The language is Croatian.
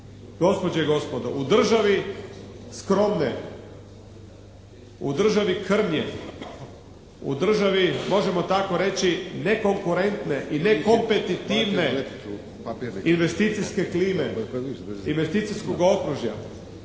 Gospođe i gospodo u državi skromne, u državi krnje, u državi možemo tako reći nekonkurentne i nekompetitivne investicijske klime, investicijskog okružja,